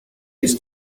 it’s